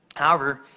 however,